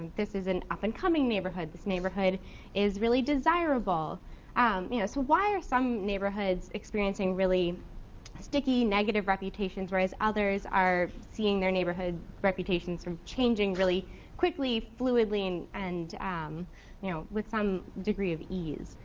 this is an up and coming neighborhood, this neighborhood is really desirable? um you know so why are some neighborhoods experiencing really sticky negative reputations, whereas others are seeing their neighborhood reputations changing really quickly, fluidly, and and um you know with some degree of ease?